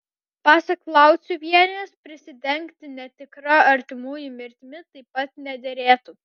pasak lauciuvienės prisidengti netikra artimųjų mirtimi taip pat nederėtų